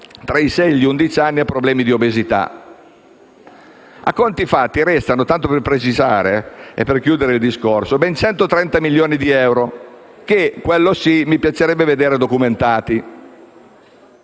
tra i sei e gli undici anni ha problemi di obesità. A conti fatti, restano, tanto per precisione e per chiudere il discorso, oltre 130 milioni di euro che - quelli sì - mi piacerebbe vedere documentati.